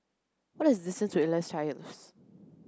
what is the distance to Elias Terrace